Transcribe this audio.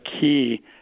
key